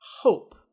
hope